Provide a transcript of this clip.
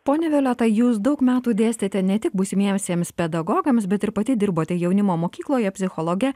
ponia violeta jūs daug metų dėstėte ne tik būsimiesiems pedagogams bet ir pati dirbote jaunimo mokykloje psichologe